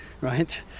right